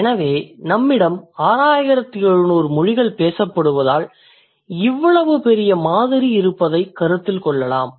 எனவே நம்மிடம் 6700 மொழிகள் பேசப்படுவதால் இவ்வளவு பெரிய மாதிரி இருப்பதைக் கருத்தில் கொள்ளலாம்